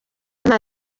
nta